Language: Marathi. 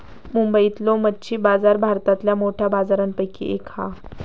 मुंबईतलो मच्छी बाजार भारतातल्या मोठ्या बाजारांपैकी एक हा